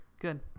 good